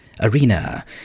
Arena